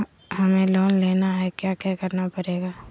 हमें लोन लेना है क्या क्या करना पड़ेगा?